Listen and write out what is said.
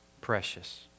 precious